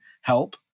help